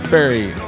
Fairy